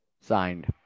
Signed